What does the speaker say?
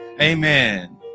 Amen